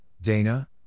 Dana